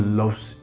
loves